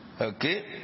Okay